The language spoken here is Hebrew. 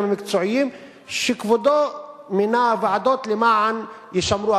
המקצועיים שכבודו מינה ועדות למען יישמרו,